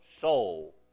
soul